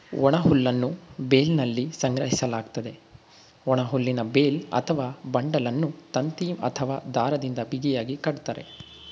ಒಣಹುಲ್ಲನ್ನು ಬೇಲ್ನಲ್ಲಿ ಸಂಗ್ರಹಿಸಲಾಗ್ತದೆ, ಒಣಹುಲ್ಲಿನ ಬೇಲ್ ಅಥವಾ ಬಂಡಲನ್ನು ತಂತಿ ಅಥವಾ ದಾರದಿಂದ ಬಿಗಿಯಾಗಿ ಕಟ್ತರೆ